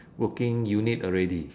working unit already